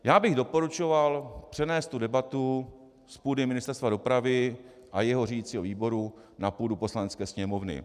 Já bych doporučoval přenést tu debatu z půdy Ministerstva dopravy a jeho řídicího výboru na půdu Poslanecké sněmovny.